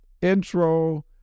intro